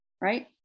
right